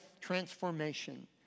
transformation